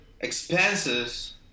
expenses